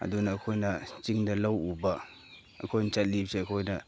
ꯑꯗꯨꯅ ꯑꯩꯈꯣꯏꯅ ꯆꯤꯡꯗ ꯂꯧ ꯎꯕ ꯑꯩꯈꯣꯏꯅ ꯆꯠꯂꯤꯕꯁꯦ ꯑꯩꯈꯣꯏꯅ